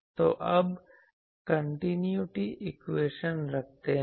तो अबकंटिन्यूटी इक्वेशन रखते है